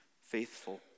faithful